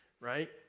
Right